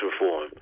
reform